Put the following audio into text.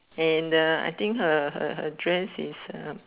and uh I think her her dress is uh